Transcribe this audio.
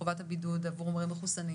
חובת הבידוד עבור מחוסנים,